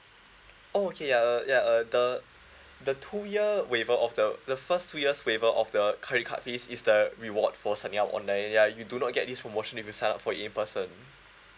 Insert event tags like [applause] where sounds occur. okay yeah uh yeah uh the [breath] the two year waiver of the the first two years waiver of the credit card fees is the reward for signing up online ya you do not get this promotion if you sign up for in person